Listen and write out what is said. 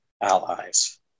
allies